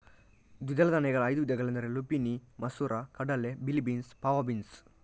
ದ್ವಿದಳ ಧಾನ್ಯಗಳ ಐದು ವಿಧಗಳೆಂದರೆ ಲುಪಿನಿ ಮಸೂರ ಕಡಲೆ, ಬಿಳಿ ಬೀನ್ಸ್, ಫಾವಾ ಬೀನ್ಸ್